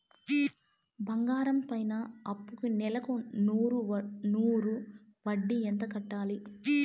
బంగారం పైన అప్పుకి నెలకు నూరు వడ్డీ ఎంత కట్టాలి?